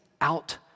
out